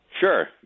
sure